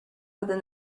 within